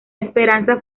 esperanza